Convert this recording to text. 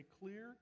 clear